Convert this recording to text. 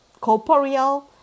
corporeal